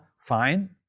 fine